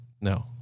No